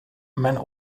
meint